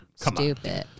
Stupid